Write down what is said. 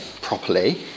properly